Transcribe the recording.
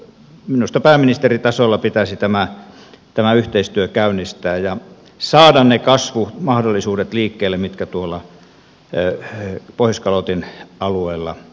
minusta pääministeritasolla pitäisi tämä yhteistyö käynnistää ja saada ne kasvumahdollisuudet liikkeelle mitkä tuolla pohjoiskalotin alueella ovat